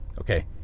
Okay